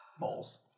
balls